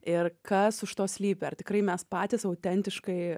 ir kas už to slypi ar tikrai mes patys autentiškai